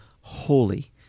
holy